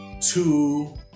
two